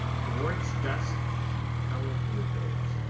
towards dusk she fell into a doze.